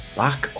back